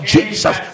Jesus